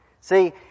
See